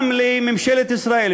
גם לממשלת ישראל,